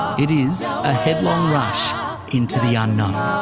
it is a headlong rush into the unknown.